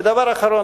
דבר אחרון,